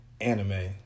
anime